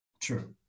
True